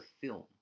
film